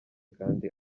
kandi